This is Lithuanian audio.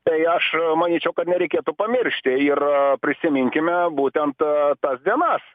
tai aš manyčiau kad nereikėtų pamiršti ir prisiminkime būtent tas dienas